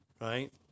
right